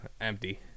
empty